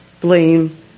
blame